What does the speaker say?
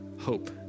hope